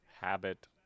habit